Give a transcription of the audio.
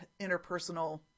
interpersonal